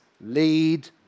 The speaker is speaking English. lead